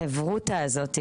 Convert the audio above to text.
החברותא הזאת,